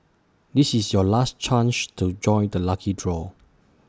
this is your last chance to join the lucky draw